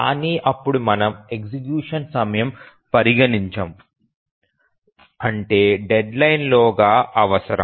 కానీ అప్పుడు మనము ఎగ్జిక్యూషన్ సమయం పరిగణించము అంటే డెడ్లైన్ లోగా అవసరం